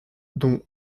dont